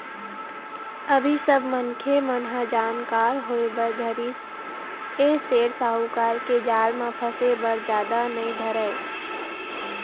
अभी सब मनखे मन ह जानकार होय बर धरिस ऐ सेठ साहूकार के जाल म फसे बर जादा नइ धरय